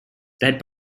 that